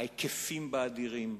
ההיקפים בה אדירים,